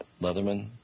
Leatherman